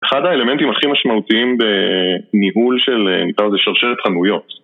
אחד האלמנטים הכי משמעותיים בניהול של נקרא לזה שרשרת חנויות